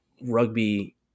rugby